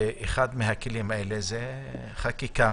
אחד מהכלים האלה הוא חקיקה.